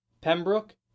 Pembroke